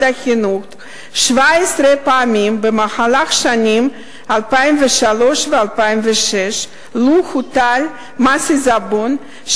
החינוך 17 פעמים במהלך השנים 2003 2006 לו הוטל מס עיזבון,